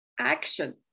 action